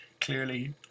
clearly